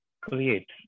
create